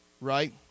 right